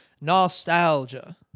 Nostalgia